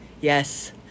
Yes